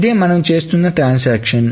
ఇదే మనం చేస్తున్న ట్రాన్సాక్షన్